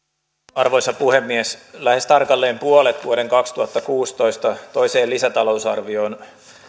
arvoisa puhemies lähes tarkalleen puolet vuoden kaksituhattakuusitoista toiseen lisätalousarvioon